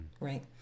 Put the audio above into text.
right